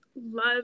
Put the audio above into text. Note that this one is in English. love